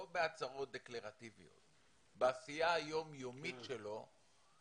לא בהצהרות דקלרטיביות אלא בעשייה היום יומית שלו.